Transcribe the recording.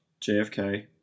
JFK